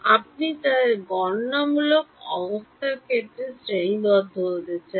আপনি তাদের গণনামূলক সংস্থার ক্ষেত্রে শ্রেণিবদ্ধ করতে চান